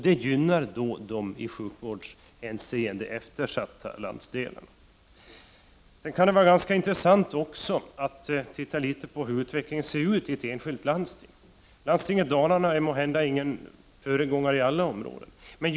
Det gynnar de i sjukvårdshänseende eftersatta landsdelarna. Det kan vara intressant att titta på hur utvecklingen ser ut i ett enskilt landsting. Landstinget i Kopparbergs län är måhända ingen föregångare på alla områden.